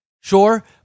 sure